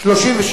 הוועדה, נתקבל.